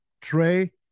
Trey